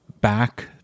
back